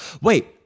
Wait